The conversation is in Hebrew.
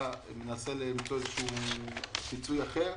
מנסה למצוא איזה שהוא פיצוי אחר,